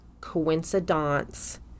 coincidence